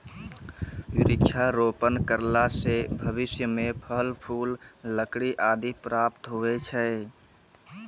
वृक्षारोपण करला से भविष्य मे फल, फूल, लकड़ी आदि प्राप्त हुवै छै